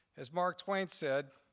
as mark twain said,